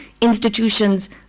institutions